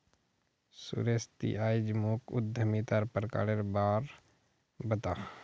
सुरेश ती आइज मोक उद्यमितार प्रकारेर बा र बता